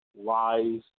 lies